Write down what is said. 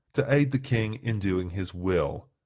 to aid the king in doing his will.